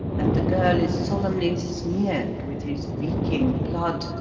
and the girl is solemnly smeared with his reeking blood,